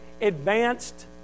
advanced